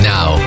Now